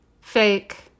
Fake